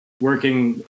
working